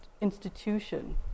institution